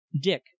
Dick